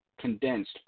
condensed